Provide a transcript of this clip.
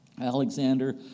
Alexander